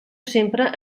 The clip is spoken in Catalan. sempre